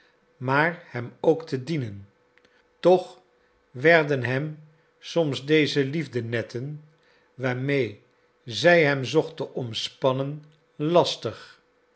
maar hem ook te dienen toch werden hem soms deze liefdenetten waarmee zij hem zocht te omspannen lastig